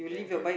can can